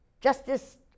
Justice